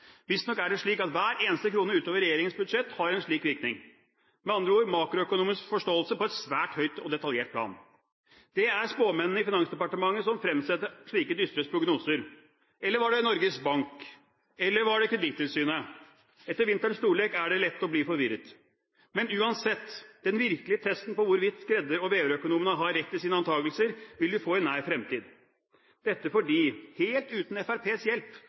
Visstnok er det slik at hver eneste krone utover regjeringens budsjett har en slik virkning. Med andre ord er det makroøkonomisk forståelse på et svært høyt og detaljert plan. Det er spåmennene i Finansdepartementet som fremsetter slike dystre prognoser. Eller var det Norges Bank? Eller var det Kredittilsynet? Etter vinterens stollek er det lett å bli forvirret. Men, uansett, den virkelige testen på hvorvidt skredder- og veverøkonomene har rett i sine antagelser, vil vi få i nær fremtid – dette fordi regjeringen, helt uten Fremskrittspartiets hjelp,